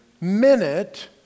minute